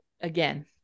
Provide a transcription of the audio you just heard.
again